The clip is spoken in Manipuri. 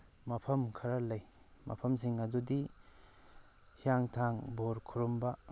ꯃꯐꯝ ꯈꯔ ꯂꯩ ꯃꯐꯝꯁꯤꯡ ꯑꯗꯨꯗꯤ ꯍꯤꯌꯥꯡꯊꯥꯡ ꯕꯣꯔ ꯈꯨꯔꯨꯝꯕ